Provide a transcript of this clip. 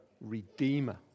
Redeemer